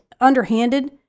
underhanded